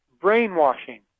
brainwashing